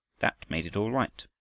that made it all right.